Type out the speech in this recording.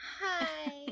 hi